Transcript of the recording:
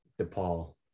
DePaul